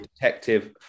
Detective